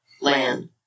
land